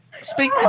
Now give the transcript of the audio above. speak